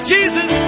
Jesus